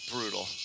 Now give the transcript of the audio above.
brutal